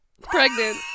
Pregnant